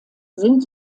sind